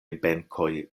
benkoj